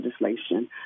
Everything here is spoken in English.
legislation